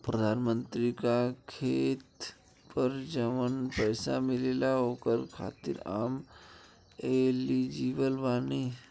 प्रधानमंत्री का खेत पर जवन पैसा मिलेगा ओकरा खातिन आम एलिजिबल बानी?